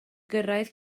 gyrraedd